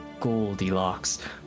Goldilocks